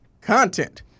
content